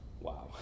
wow